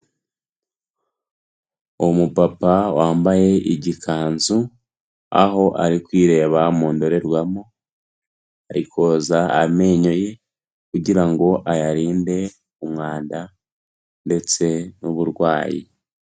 Umu papa wambaye igikanzu, aho ari kwireba mu ndorerwamo, ari koza amenyo ye, kugirango ayarinde umwanda ndetse n'uburwayi.